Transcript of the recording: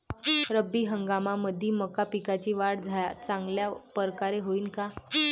रब्बी हंगामामंदी मका पिकाची वाढ चांगल्या परकारे होईन का?